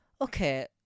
Okay